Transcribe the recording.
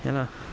ya lah